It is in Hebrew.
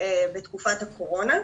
בתקופת הקורונה.